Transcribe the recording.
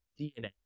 DNA